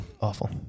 Awful